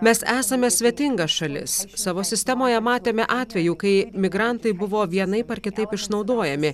mes esame svetinga šalis savo sistemoje matėme atvejų kai migrantai buvo vienaip ar kitaip išnaudojami